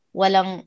walang